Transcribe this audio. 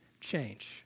change